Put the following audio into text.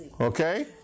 Okay